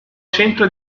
centro